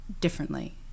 differently